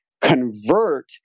convert